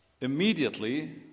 Immediately